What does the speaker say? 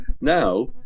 Now